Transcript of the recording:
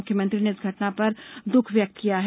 मुख्यमंत्री ने इस घटना पर दुख व्यक्त किया है